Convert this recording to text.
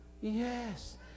Yes